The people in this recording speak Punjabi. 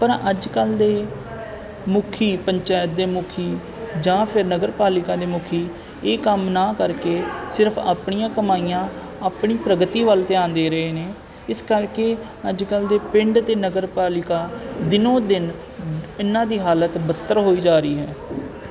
ਪਰ ਅੱਜ ਕੱਲ੍ਹ ਦੇ ਮੁਖੀ ਪੰਚਾਇਤ ਦੇ ਮੁਖੀ ਜਾਂ ਫਿਰ ਨਗਰ ਪਾਲਿਕਾ ਦੇ ਮੁਖੀ ਇਹ ਕੰਮ ਨਾ ਕਰਕੇ ਸਿਰਫ ਆਪਣੀਆਂ ਕਮਾਈਆਂ ਆਪਣੀ ਪ੍ਰਗਤੀ ਵੱਲ ਧਿਆਨ ਦੇ ਰਹੇ ਨੇ ਇਸ ਕਰਕੇ ਅੱਜ ਕੱਲ੍ਹ ਦੇ ਪਿੰਡ ਅਤੇ ਨਗਰ ਪਾਲਿਕਾ ਦਿਨੋਂ ਦਿਨ ਇਹਨਾਂ ਦੀ ਹਾਲਤ ਬੱਤਰ ਹੋਈ ਜਾ ਰਹੀ ਹੈ